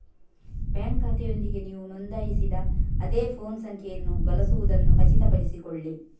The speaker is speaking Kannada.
ಬ್ಯಾಂಕ್ ಖಾತೆಯೊಂದಿಗೆ ನೀವು ನೋಂದಾಯಿಸಿದ ಅದೇ ಫೋನ್ ಸಂಖ್ಯೆಯನ್ನು ಬಳಸುವುದನ್ನು ಖಚಿತಪಡಿಸಿಕೊಳ್ಳಿ